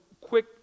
quick